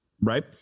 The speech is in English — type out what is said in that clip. Right